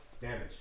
damage